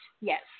yes